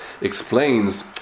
explains